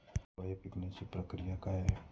फळे पिकण्याची प्रक्रिया काय आहे?